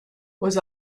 was